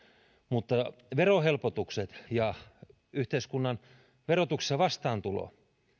mutta verohelpotukset ja yhteiskunnan verotuksessa vastaantulo